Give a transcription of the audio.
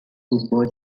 football